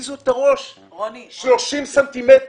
תזיזו את הראש 30 סנטימטרים,